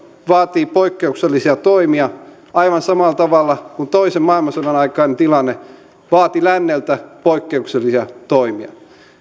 vaatii poikkeuksellisia toimia aivan samalla tavalla kuin toisen maailmansodan aikainen tilanne vaati länneltä poikkeuksellisia toimia